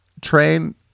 train